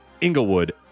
Inglewood